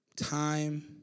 Time